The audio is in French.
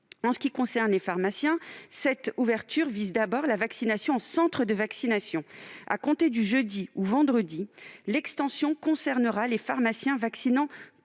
En ce qui concerne les pharmaciens, cette ouverture vise d'abord la vaccination en centres de vaccination. À compter de jeudi ou vendredi, l'extension concernera les pharmacies vaccinant